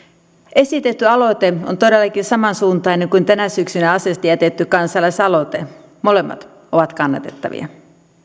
esitetty aloite on todellakin samansuuntainen kuin tänä syksynä asiasta jätetty kansalaisaloite molemmat ovat kannatettavia